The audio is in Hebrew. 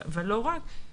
אבל לא רק,